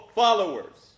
followers